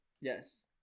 Yes